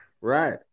Right